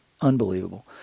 Unbelievable